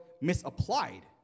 misapplied